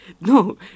no